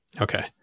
Okay